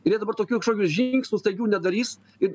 ir jie dabar tokių kažkokių žingsnių staigių nedarys ir